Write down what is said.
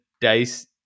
dice